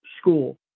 school